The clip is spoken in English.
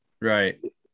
right